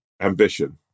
ambition